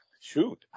shoot